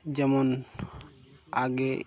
যেমন আগে